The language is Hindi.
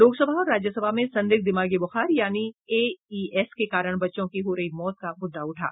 लोकसभा और राज्य सभा में संदिग्ध दिमागी बुखार यानि एईएस के कारण बच्चों की हो रही मौत का मुद्दा उठा